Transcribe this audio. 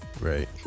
Right